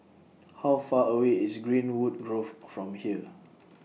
How Far away IS Greenwood Grove from here